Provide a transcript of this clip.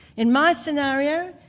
in my scenario,